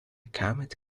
comet